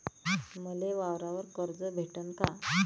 मले वावरावर कर्ज भेटन का?